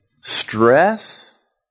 stress